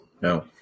No